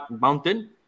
mountain